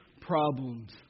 problems